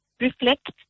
reflect